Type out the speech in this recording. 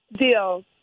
Deal